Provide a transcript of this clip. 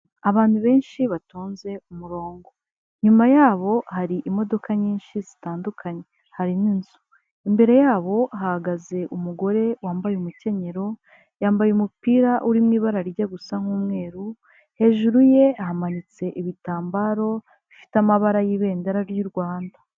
Abantu benshi batonze umurongo nyuma yabo hari imodoka nyinshi zitandukanye hari n'inzu, imbere yabo hahagaze umugore wambaye umukenyero, yambaye umupira uri mu ibara rijya gusa n'umweru, hejuru ye ahamanitse ibitambaro bifite amabara y'ibendera ry'u Rwanda